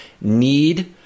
need